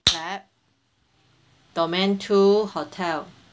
clap domain two hotel